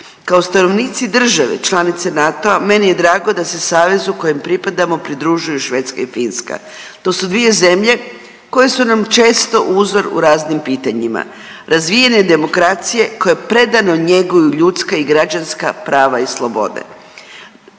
Kao stanovnici države članice NATO-a meni je drago da se savez u kojem pripadamo pridružuju Švedska i Finska. To su dvije zemlje koje su nam često uzor u raznim pitanjima. Razvijene demokracije koje predano njeguju ljudske i građanska prava i slobode,